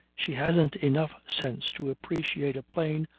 she hadn't enough sense to appreciate a plain,